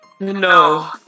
No